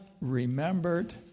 remembered